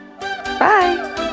Bye